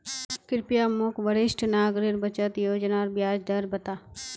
कृप्या मोक वरिष्ठ नागरिक बचत योज्नार ब्याज दर बता